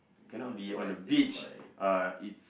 cannot be on the beach uh it's